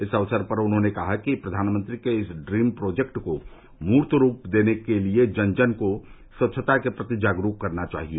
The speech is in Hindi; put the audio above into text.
इस दौरान उन्होंने कहा कि प्रघानमंत्री के इस डीम प्रोजेक्ट को मर्त रूप देने के लिए जन जन को स्वच्छता के प्रति जागरूक करना चाहिए